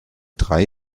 drei